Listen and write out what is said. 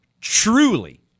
truly